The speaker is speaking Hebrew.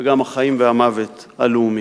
וגם החיים והמוות הלאומיים".